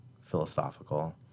philosophical